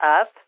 up